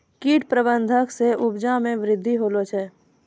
कीट प्रबंधक से उपजा मे वृद्धि होलो छै